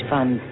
Fund